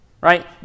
right